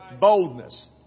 Boldness